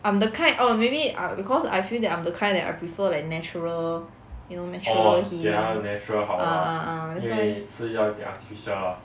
I'm the kind oh maybe uh because I feel that I'm the kind that I prefer like natural you know natural healing ah ah ah that's why